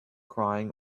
crying